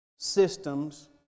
systems